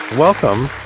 Welcome